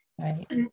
right